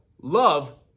love